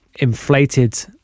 inflated